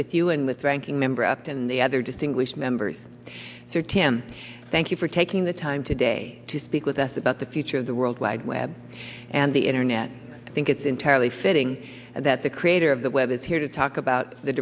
with you and with ranking member upped and the other distinguished members for ten thank you for taking the time today to speak with us about the future of the world wide web and the internet i think it's entirely fitting that the creator of the web is here to talk about the